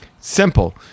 simple